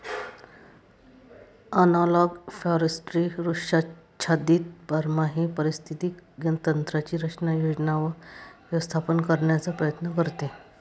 analogue forestry वृक्षाच्छादित बारमाही पारिस्थितिक तंत्रांची रचना, योजना व व्यवस्थापन करण्याचा प्रयत्न करते